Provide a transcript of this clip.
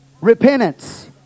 Repentance